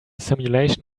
simulation